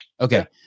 Okay